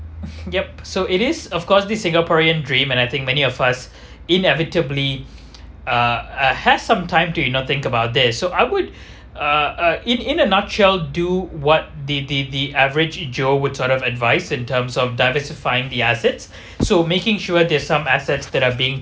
yup so it is of course this singaporean dream and I think many of us inevitably uh has some time to you know think about this so I would uh uh in in a nutshell do what the the the average joe would sort of advice in terms of diversifying the assets so making sure there's some assets that are being